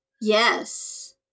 Yes